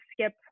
Skip